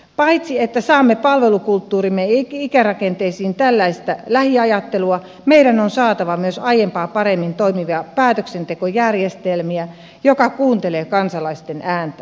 paitsi että saamme palvelukulttuuriimme ja ikärakenteisiin tällaista lähiajattelua meidän on saatava myös aiempaa paremmin toimivia päätöksentekojärjestelmiä jotka kuuntelevat kansalaisten ääntä